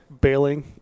bailing